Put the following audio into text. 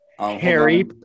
Harry